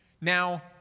Now